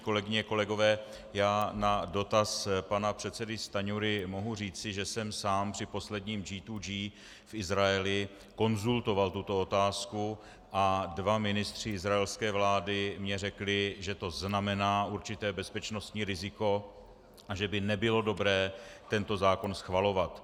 Kolegyně, kolegové, já na dotaz pana předsedy Stanjury mohu říci, že jsem sám při posledním G2G v Izraeli konzultoval tuto otázku a dva ministři izraelské vlády mně řekli, že to znamená určité bezpečnostní riziko a že by nebylo dobré tento zákon schvalovat.